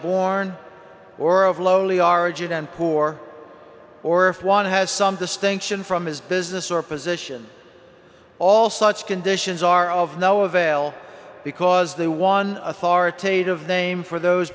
born or of lowly origin and poor or if one has some distinction from his business or position all such conditions are of no avail because the one authoritative name for those